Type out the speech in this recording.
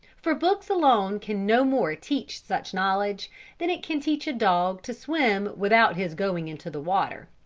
for books alone can no more teach such knowledge than it can teach a dog to swim without his going into the water.